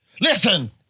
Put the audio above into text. Listen